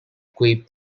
quipped